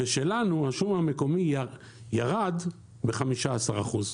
והשום המקומי שלנו ירד ב-15%.